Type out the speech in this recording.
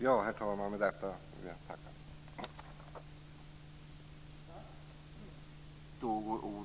Med detta ber jag att få tacka, herr talman!